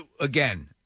Again